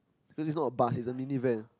this is not a bus it's a mini van